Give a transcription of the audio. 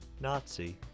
Nazi